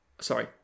sorry